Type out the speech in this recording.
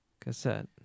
Cassette